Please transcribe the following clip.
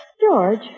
George